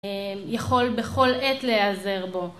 יכול בכל עת להיעזר בו.